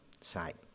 site